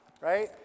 right